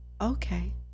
okay